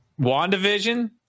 Wandavision